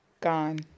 gone